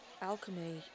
alchemy